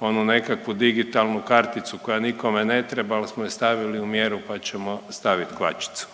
onu nekakvu digitalnu karticu, koja nikome ne treba, ali smo je stavili u mjeru pa ćemo staviti kvačicu.